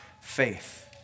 faith